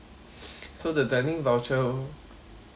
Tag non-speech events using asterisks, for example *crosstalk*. *breath* so the dining voucher